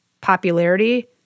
popularity